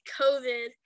covid